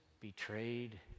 betrayed